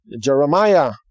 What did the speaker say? Jeremiah